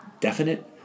definite